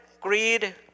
greed